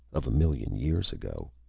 of a million years ago.